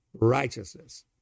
righteousness